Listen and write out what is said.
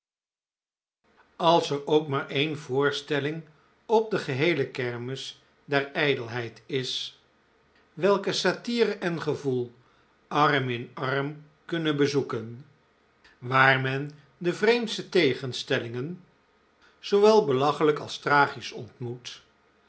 is er ook maar een voorstelling op de geheele kermis der ijdelheid is welke p jl p satire en gevoel arm in arm kunnen bezoeken waar men de vreemdste tegenp stellingen zoo wel belachelijk als tragisch ontmoet